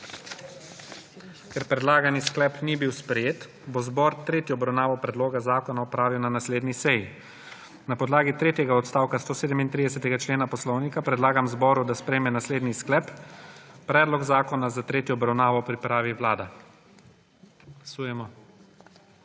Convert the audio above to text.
Ker predlagani sklep ni bil sprejet, bo zbor tretjo obravnavo predloga zakona opravil na naslednji seji. Na podlagi tretjega odstavka 137. člena Poslovnika predlagam zboru, da sprejme naslednji sklep: Predlog zakona za tretjo obravnavo pripravi Vlada. Glasujemo.